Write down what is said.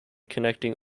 connecting